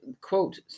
Quote